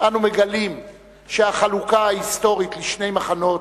אנו מגלים שהחלוקה ההיסטורית לשני מחנות,